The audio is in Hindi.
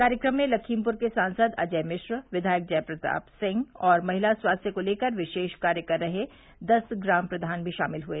कार्यक्रम में लखीमपुर के सांसद अजय मिश्र विधायक जय प्रताप सिंह और महिला स्वास्थ्य को लेकर विशेष कार्य कर रहे दस ग्राम प्रवान भी शामिल हुए